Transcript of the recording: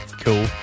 cool